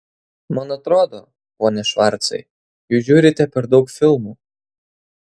man atrodo pone švarcai jūs žiūrite per daug filmų